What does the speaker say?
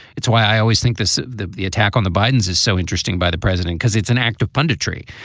it's why i always think this the the attack on the bidens is so interesting by the president, because it's an act of punditry.